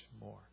more